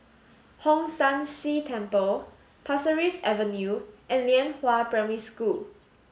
Hong San See Temple Pasir Ris Avenue and Lianhua Primary School